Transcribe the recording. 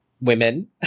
women